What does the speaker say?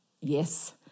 Yes